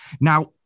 Now